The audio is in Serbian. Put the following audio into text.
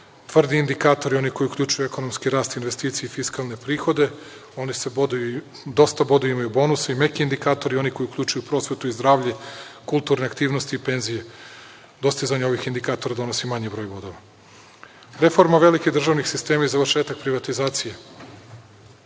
tvrdi indikatori – oni koji uključuju ekonomski rast investicija i fiskalne prihode, dosta bodova imaju bonusi i meki indikatori – oni koji uključuju prosvetu, zdravlje, kulturne aktivnosti i penzije. Dostizanje ovih indikatora donosi manji broj bodova. Reforma velike državnih sistema i završetak privatizacije.